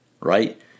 right